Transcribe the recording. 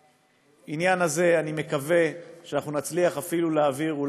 בעניין הזה אני מקווה שאנחנו נצליח אפילו להעביר אותה